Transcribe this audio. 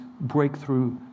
breakthrough